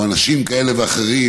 או אנשים כאלה ואחרים,